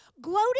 gloating